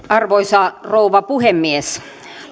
arvoisa rouva puhemies